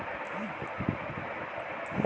छात्र के कम ब्याज दर पर ऋण उपलब्ध करावल जा हई